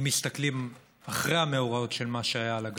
אם מסתכלים אחרי המאורעות שהיו עם הגדר,